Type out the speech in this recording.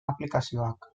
aplikazioak